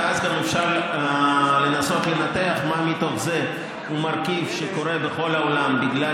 ואז גם אפשר לנסות לנתח מה מתוך זה הוא מרכיב שקורה בכל העולם בגלל